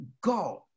God